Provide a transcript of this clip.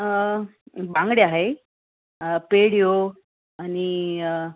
बांगडे आहाय पेडियो आनी